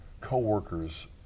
co-workers